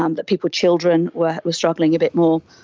um that people, children, were were struggling a bit more,